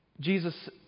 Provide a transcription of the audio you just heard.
Jesus